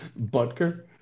Butker